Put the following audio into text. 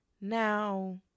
Now